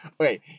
Okay